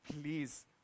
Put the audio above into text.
Please